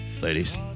ladies